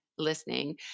listening